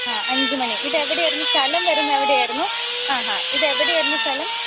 ആ അഞ്ച് മണി ഇത് എവിടെയായിരുന്നു സ്ഥലം വരുന്നത് എവിടെയായിരുന്നു ആഹാ ഇതെവിടെയായിരുന്നു സ്ഥലം